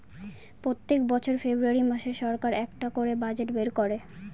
প্রত্যেক বছর ফেব্রুয়ারী মাসে সরকার একটা করে বাজেট বের করে